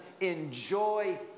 enjoy